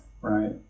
right